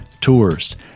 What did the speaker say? tours